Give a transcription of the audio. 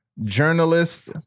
journalist